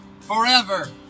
forever